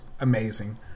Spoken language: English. amazing